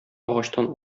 агачтан